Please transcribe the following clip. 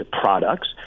products